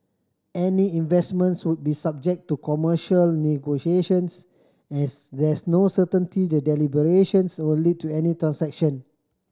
any investments would be subject to commercial negotiations as there's no certainty the deliberations will lead to any transaction